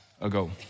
ago